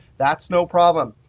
that's no problem.